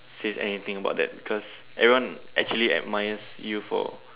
says anything about that because everyone actually admires you for